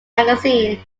magazine